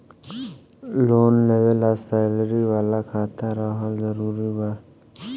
Loan लेवे ला salary वाला खाता रहल जरूरी बा?